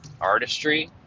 artistry